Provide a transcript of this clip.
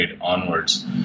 Onwards